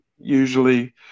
usually